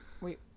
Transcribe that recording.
wait